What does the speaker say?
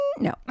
No